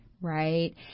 Right